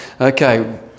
Okay